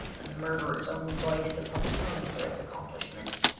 and the murderers only bided the proper time for its accomplishment.